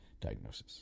diagnosis